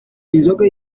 inzoga